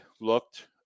looked